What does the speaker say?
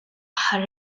aħħar